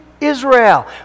Israel